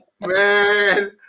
Man